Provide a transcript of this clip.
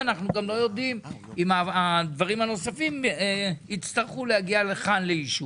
ואנחנו גם לא יודעים אם הדברים הנוספים יצטרכו להגיע לכאן לאישור.